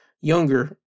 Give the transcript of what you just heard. Younger